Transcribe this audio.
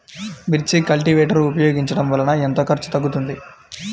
మిర్చి కల్టీవేటర్ ఉపయోగించటం వలన ఎంత ఖర్చు తగ్గుతుంది?